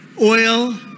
oil